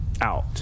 out